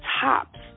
tops